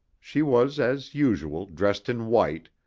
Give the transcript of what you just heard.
she was, as usual, dressed in white,